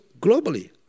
globally